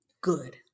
good